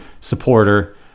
supporter